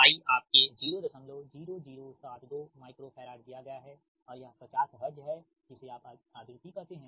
Y आपके 00072 microfarad दिया गया है और यह 50 हर्ट्ज है जिसे आप आवृत्ति कहते हैं